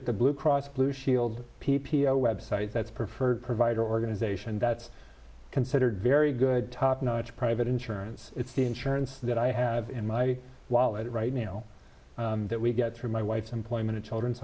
at the blue cross blue shield p p o website that's preferred provider organization that's considered very good top notch private insurance it's the insurance that i have in my wallet right now that we get through my wife's employment at children's